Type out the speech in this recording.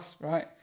Right